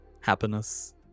happiness